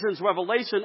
revelation